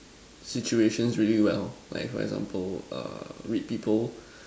situations really well like for example err read people